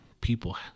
people